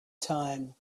time